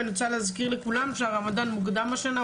ואני רוצה להזכיר לכולם שהרמדאן מוקדם השנה,